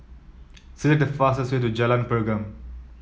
select the fastest way to Jalan Pergam